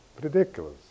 ridiculous